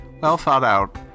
well-thought-out